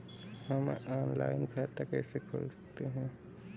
हम ऑनलाइन खाता कैसे खोल सकते हैं?